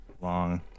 long